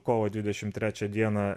kovo dvidešim trečią dieną